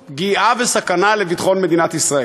ומהוות פגיעה וסכנה לביטחון מדינת ישראל.